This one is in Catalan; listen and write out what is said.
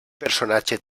personatge